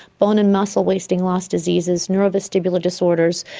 bone and muscle wasting loss diseases, neurovestibular disorders,